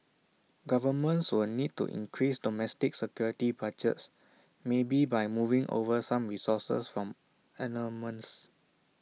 governments will need to increase domestic security budgets maybe by moving over some resources from armaments